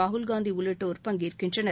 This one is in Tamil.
ராகுல் காந்தி உள்ளிட்டோர் பங்கேற்கின்றனர்